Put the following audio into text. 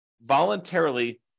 voluntarily